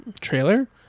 Trailer